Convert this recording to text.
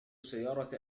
سيارة